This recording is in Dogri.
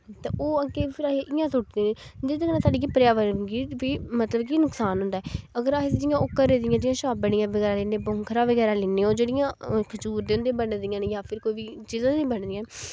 ते ओह् अग्गें फिर अस इ'यां सुट्टदे जेह्दे कन्नै कि साढ़ी पर्यावरण गी मतलब कि नुकसान होंदा अगर अस जियां घरै दियां छबड़ियां बगैरा जियां बौंखरां बगैरा लैन्ने ओह् जेह्ड़ियां खजूर दियां होंदियां बनी दियां जां फ्ही कोई चीजां दियां बनी दियां न